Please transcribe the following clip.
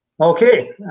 Okay